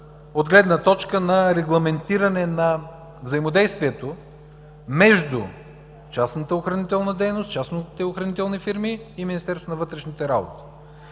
от гледна точка на регламентиране на взаимодействието между частната охранителна дейност, частните охранителни фирми и Министерството на вътрешните работи.